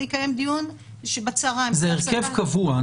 אני אקיים דיון שבצוהריים --- זה הרכב קבוע,